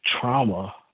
trauma